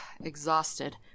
Exhausted